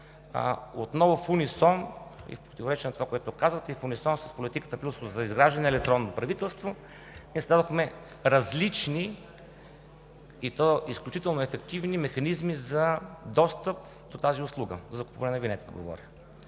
отново в унисон, и в противоречие на това, което казвате, и в унисон с политиката плюс за изграждане на електронно правителство, издадохме различни, и то изключително ефективни механизми за достъп до тази услуга – за закупуване на винетки говоря.